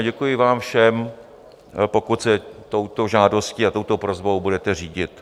Děkuji vám všem, pokud se touto žádostí a touto prosbou budete řídit.